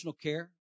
care